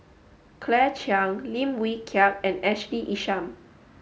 Claire Chiang Lim Wee Kiak and Ashley Isham